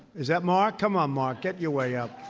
is that mark? come on, mark. get your way up.